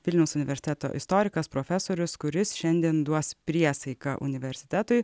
vilniaus universiteto istorikas profesorius kuris šiandien duos priesaiką universitetui